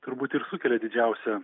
turbūt ir sukelia didžiausią